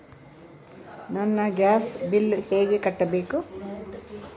ನನ್ನ gas bill ಹೆಂಗ ಕಟ್ಟಬೇಕು?